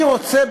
אני רוצה,